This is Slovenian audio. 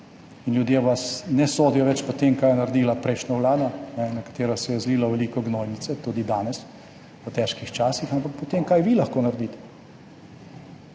in ljudje vas ne sodijo več po tem, kaj je naredila prejšnja vlada, na katero se je zlilo veliko gnojnice, tudi danes v težkih časih, ampak po tem, kaj lahko vi naredite.